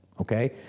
okay